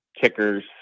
Kickers